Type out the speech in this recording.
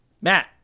Matt